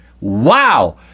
wow